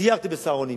סיירתי ב"סהרונים".